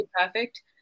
perfect